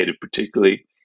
particularly